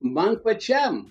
man pačiam